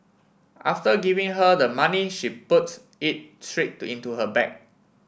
after giving her the money she put it straight into her bag